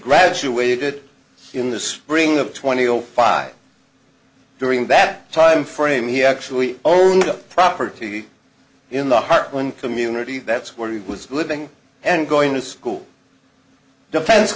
graduated in the spring of twenty five during that time frame he actually owns the property in the heartland community that's where he was living and going to school defense